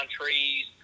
trees